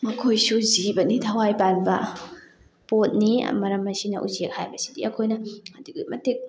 ꯃꯈꯣꯏꯁꯨ ꯖꯤꯕꯅꯤ ꯊꯋꯥꯏ ꯄꯥꯟꯕ ꯄꯣꯠꯅꯤ ꯃꯔꯝ ꯑꯁꯤꯅ ꯎꯆꯦꯛ ꯍꯥꯏꯕꯁꯤꯗꯤ ꯑꯩꯈꯣꯏꯅ ꯑꯗꯨꯛꯀꯤ ꯃꯇꯤꯛ